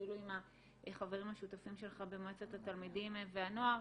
אפילו עם החברים השותפים שלך במועצת התלמידים והנוער.